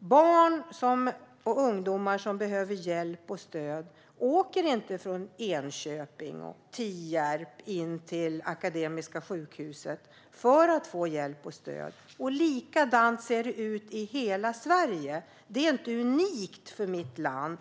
Barn och ungdomar som behöver hjälp och stöd åker inte in från Enköping och Tierp till Akademiska sjukhuset. Likadant ser det ut i hela Sverige. Det är inte unikt för mitt